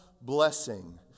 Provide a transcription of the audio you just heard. blessing